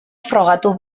frogatu